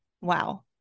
wow